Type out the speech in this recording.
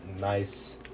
nice